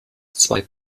zwei